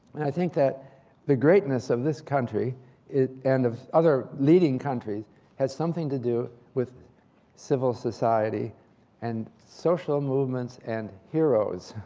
and i think that the greatness of this country and of other leading countries has something to do with civil society and social movements and heroes.